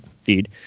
feed